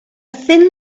thin